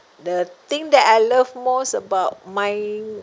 the thing that I love most about my